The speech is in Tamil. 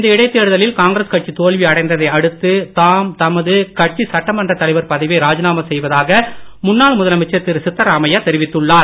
இந்த இடைத் தேர்தலில் காங்கிரஸ் கட்சி தோல்வி அடைந்ததை அடுத்து தாம் தமது கட்சி சட்டமன்ற தலைவர் பதவியை ராஜினாமா செய்வதாக முன்னாள் முதலமைச்சர் திரு சித்தராமையா தெரிவித்துள்ளார்